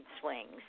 swings